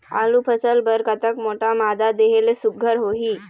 आलू फसल बर कतक मोटा मादा देहे ले सुघ्घर होही?